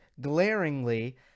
glaringly